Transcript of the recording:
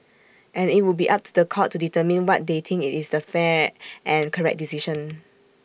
and IT would be up to The Court to determine what they think IT is the fair and correct decision